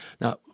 Now